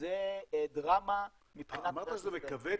זו דרמה מבחינת --- אמרת שזה מכווץ.